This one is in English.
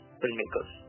filmmakers